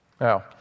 Now